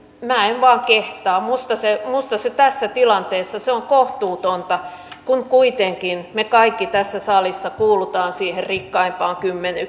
minä en vaan kehtaa minusta se tässä tilanteessa on kohtuutonta kun kuitenkin me kaikki tässä salissa kuulumme siihen rikkaimpaan